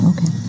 Okay